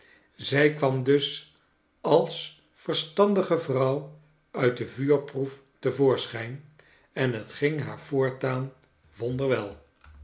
zij kwam dus als verstandige vrouw ult de vuurproef te voorschijn en het ging haar voortaan